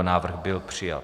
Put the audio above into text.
Návrh byl přijat.